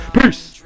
peace